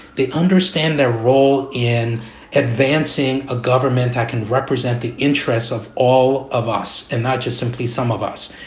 they understand their role in advancing a government that can represent the interests of all of us and not just simply some of us.